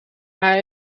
maar